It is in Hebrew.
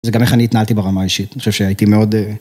זה גם איך אני התנהלתי ברמה האישית, אני חושב שהייתי מאוד...